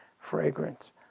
fragrance